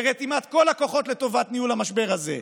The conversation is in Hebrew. ברתימת כל הכוחות לטובת ניהול המשבר הזה.